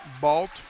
Balt